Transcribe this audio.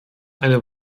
eine